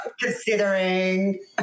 considering